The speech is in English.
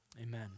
Amen